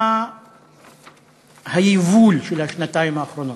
מה היבול של השנתיים האחרונות?